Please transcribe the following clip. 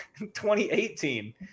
2018